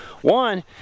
One